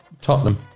Tottenham